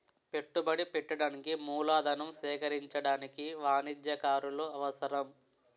పెట్టుబడి పెట్టడానికి మూలధనం సేకరించడానికి వాణిజ్యకారులు అవసరం